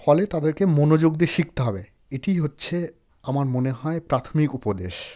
ফলে তাদেরকে মনোযোগ দিয়ে শিখতে হবে এটিই হচ্ছে আমার মনে হয় প্রাথমিক উপদেশ